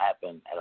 happen